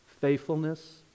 Faithfulness